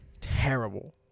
terrible